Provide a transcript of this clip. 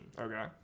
okay